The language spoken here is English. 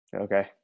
Okay